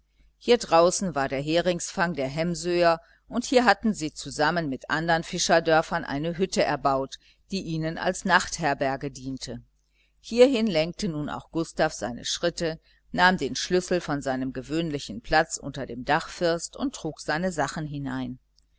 hier draußen war der heringsfang der hemsöer und hier hatten sie zusammen mit andern fischerdörfern eine hütte erbaut die ihnen als nachtherberge diente hierhin lenkte nun auch gustav seine schritte nahm den schlüssel von seinem gewöhnlichen platz unter dem dachfirst und trug seine sachen hinein